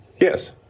Yes